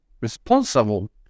responsible